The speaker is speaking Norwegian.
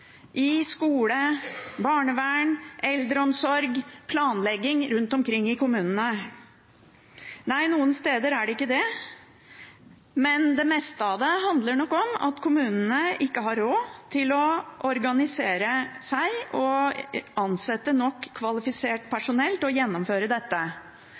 i skole, barnevern, eldreomsorg og planlegging rundt omkring i kommunene? Nei, noen steder er det ikke det, men det meste handler nok om at kommunene ikke har råd til å organisere seg og ansette nok kvalifisert personell til å gjennomføre dette.